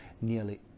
nearly